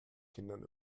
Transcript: kindern